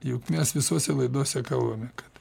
juk mes visose laidose kalbame kad